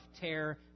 tear